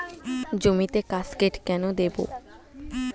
জমিতে কাসকেড কেন দেবো?